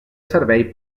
servei